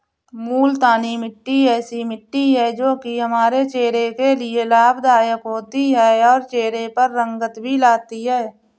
मूलतानी मिट्टी ऐसी मिट्टी है जो की हमारे चेहरे के लिए लाभदायक होती है और चहरे पर रंगत भी लाती है